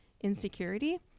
insecurity